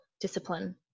discipline